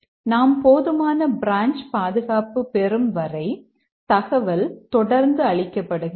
நாம் போதுமான பிரான்ச் பாதுகாப்பு பெறும் வரை தகவல் தொடர்ந்து அளிக்கப்படுகிறது